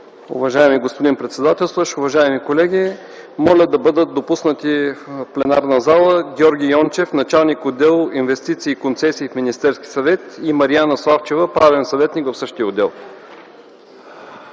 Уважаеми господин председател, уважаеми колеги! Моля да бъдат допуснати в пленарната зала Георги Йончев - началник-отдел „Инвестиции и концесии” в Министерския съвет, и Мариана Славчева – правен съветник в същия отдел.